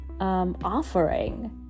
offering